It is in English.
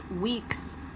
weeks